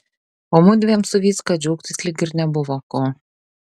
o mudviem su vycka džiaugtis lyg ir nebuvo ko